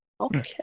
Okay